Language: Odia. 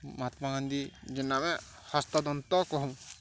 ମହାତ୍ମାଗାନ୍ଧୀ ଯେନ୍ ଆମେ ହସ୍ତଦନ୍ତ କହୁ